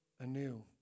anew